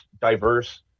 diverse